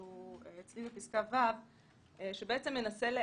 הוא גם אוסר עלינו לקבל אני נותן דוגמה